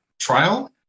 trial